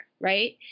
right